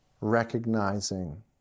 recognizing